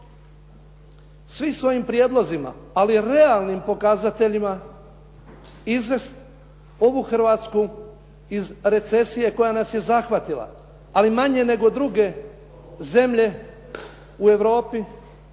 svi svojim prijedlozima ali i realnim pokazateljima izvesti ovu Hrvatsku iz recesije koja nas je zahvatila. Ali manje nego druge zemlje u Europi.